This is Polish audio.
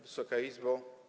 Wysoka Izbo!